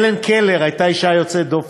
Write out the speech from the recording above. הלן קלר הייתה אישה יוצאת דופן.